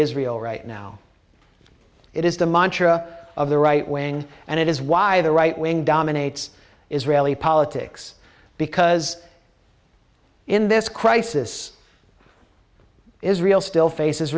israel right now it is the mantra of the right wing and it is why the right wing dominates israeli politics because in this crisis israel still faces